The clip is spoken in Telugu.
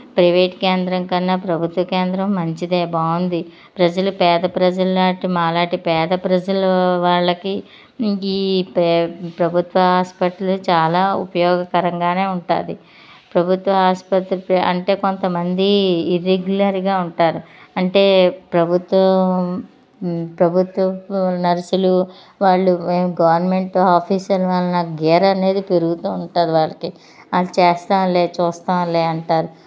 ప్రైవేట్ కేంద్రం కన్నా ప్రభుత్వ కేంద్రం మంచిదే బాగుంది ప్రజలు పేద ప్రజలు లాంటి మాలాంటి పేద ప్రజలు వాళ్ళకి ఇంకా ఈ ప్రభుత్వ హాస్పిటల్ చాలా ఉపయోగకరంగానే ఉంటుంది ప్రభుత్వ ఆసుపత్రికి అంటే కొంతమంది ఇర్రెగ్యులర్గా ఉంటారు అంటే ప్రభుత్వం ప్రభుత్వపు నర్సులు వాళ్ళు గవర్నమెంట్ ఆఫీసర్ వలన గీర అనేది పెరుగుతూ ఉంటుంది వాళ్ళకి అది చేస్తాంలే చూస్తాంలే అంటారు